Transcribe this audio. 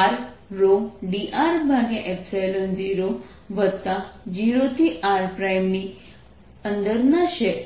r ρ dr0વત્તા 0 થી rની અંદરના શેલ